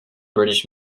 british